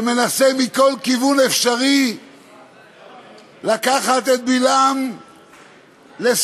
ומנסה מכל כיוון אפשרי לקחת את בלעם לסיבוב,